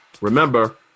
Remember